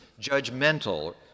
judgmental